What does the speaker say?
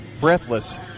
breathless